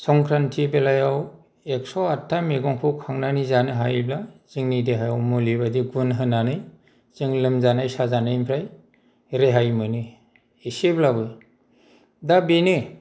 संख्रान्ति बेलायाव एक्स' आतथा मैैगंखौ खांनानै जानो हायोब्ला जोंनि देहायाव मुलि बायदि गुन होनानै जों लोमजानाय साजानायनिफ्राय रेहाय मोनो एसेब्लाबो दा बेनो